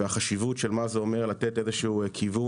והחשיבות של מה זה אומר לתת איזה שהוא כיוון